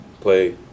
play